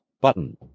button